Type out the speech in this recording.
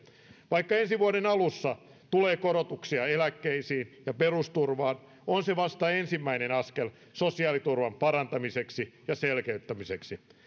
vaikka ensi vuoden alussa tulee korotuksia eläkkeisiin ja perusturvaan on se vasta ensimmäinen askel sosiaaliturvan parantamiseksi ja selkeyttämiseksi